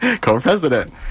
co-president